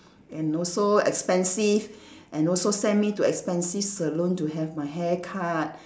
and also expensive and also send me to expensive salon to have my hair cut